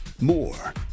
More